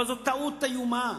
אבל זאת טעות איומה.